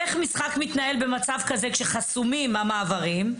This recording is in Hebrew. איך משחק מתנהל במצב כזה כשחסומים המעברים?